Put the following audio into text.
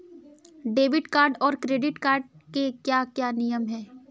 Debit card और credit card के क्या क्या नियम हैं?